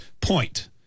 point